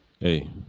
hey